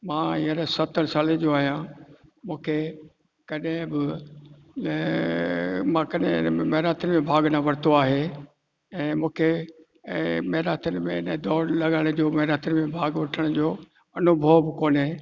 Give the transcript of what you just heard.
मां हींअर सतरि साल जो आहियां मूंखे कॾहिं बि मां कॾहिं मैराथन में भाग न वरितो आहे ऐं मूंखे ऐं मैराथन में दौड़ लॻाइण जो मैराथन में भाग वठण जो अनुभव बि कोन्हे